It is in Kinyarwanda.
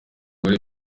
gore